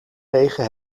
negen